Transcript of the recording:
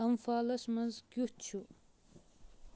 امفالَس منٛز کیُتھ چھُ